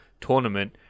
tournament